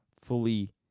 fully